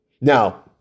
Now